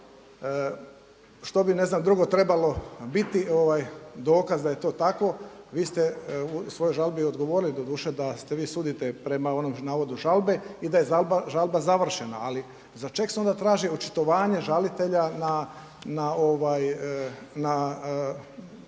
znam drugo trebalo biti dokaz da je to tako? Vi ste u svojoj žalbi odgovori doduše da vi sudite prema onom navodu žalbe i da je žalba završena, ali za čeg se onda traži očitovanje žalitelja na